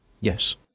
Yes